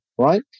right